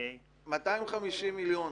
250 מיליון,